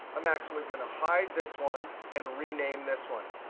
i'm actually going to hide this one and rename this one.